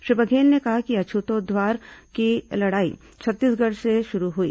श्री बघेल ने कहा कि अछूतोद्वार की लड़ाई छत्तीसगढ़ से शुरू हई